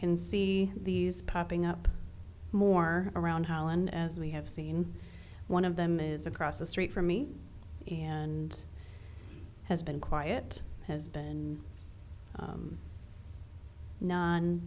can see these popping up more around holland as we have seen one of them is across the street from me and has been quiet has been